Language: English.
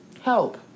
Help